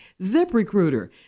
ZipRecruiter